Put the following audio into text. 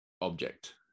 object